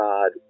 God